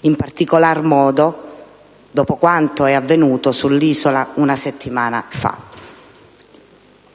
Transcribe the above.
in particolar modo dopo quanto è avvenuto sull'isola una settimana fa.